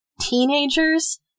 teenagers